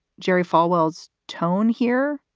jerry falwell's tone here?